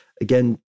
again